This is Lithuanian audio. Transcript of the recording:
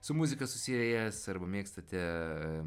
su muzika susiejęs arba mėgstate